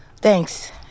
Thanks